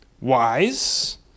wise